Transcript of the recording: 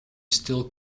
still